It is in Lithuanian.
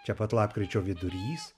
čia pat lapkričio vidurys